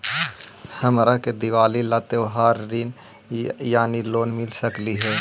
हमरा के दिवाली ला त्योहारी ऋण यानी लोन मिल सकली हे?